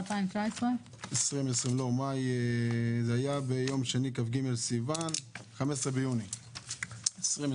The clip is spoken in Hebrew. זה היה ביום שני, כ"ג סיון, 15 ביוני 2020,